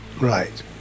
Right